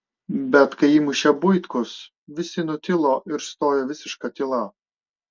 bet kai įmušė buitkus visi nutilo ir stojo visiška tyla